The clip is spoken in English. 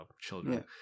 children